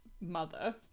mother